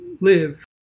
live